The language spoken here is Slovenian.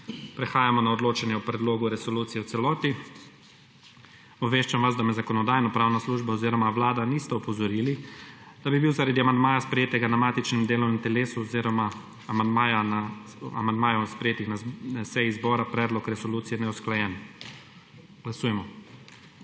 Prehajamo na odločanje o predlogu resolucije v celoti. Obveščam vas, da me Zakonodajno-pravna služba oziroma vlada nista opozorili, da bi bil zaradi amandmaja sprejetega na matičnem delovnem telesu oziroma amandmajev sprejetih na seji zbor predlog resolucije neusklajen. Glasujemo.